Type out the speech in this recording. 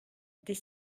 des